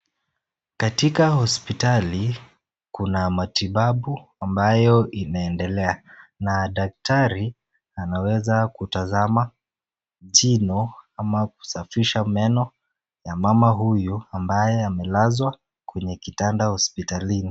Katika hospitali kuna matibabu ambayo inaendelea na daktari anaweza kutazama jino ama kusafisha meno ya mama huyu ambaye amelazwa kwenye kitanda hospitalini.